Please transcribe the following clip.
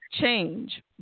change